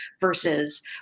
versus